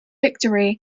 victory